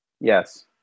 Yes